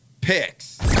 Picks